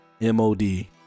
M-O-D